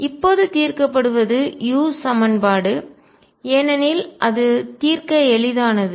இப்போது தீர்க்கப்படுவது u சமன்பாடு ஏனெனில் அது தீர்க்க எளிதானது